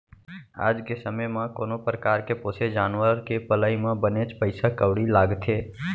आज के समे म कोनो परकार के पोसे जानवर के पलई म बनेच पइसा कउड़ी लागथे